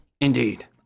Indeed